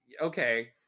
okay